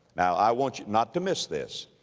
now i want you not to miss this.